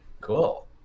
Cool